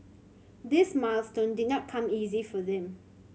this milestone did not come easy for them